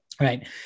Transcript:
Right